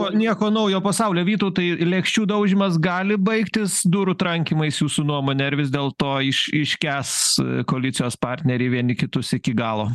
nieko naujo po saule vytautai lėkščių daužymas gali baigtis durų trankymais jūsų nuomone ar vis dėl to iš iškęs koalicijos partneriai vieni kitus iki galo